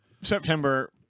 September